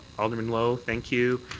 alderman lowe. thank you.